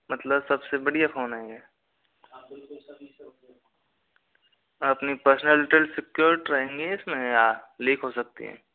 मतलब सबसे बढ़िया फ़ोन है ये अपनी पर्सनल टल सिक्योर्ड रहेगी इसमें या लीक हो सकती है